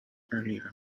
earlier